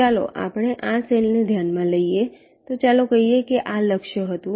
ચાલો આપણે આ સેલ ને ધ્યાનમાં લઈએ તો ચાલો કહીએ કે આ લક્ષ્ય હતું